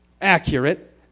accurate